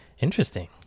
interesting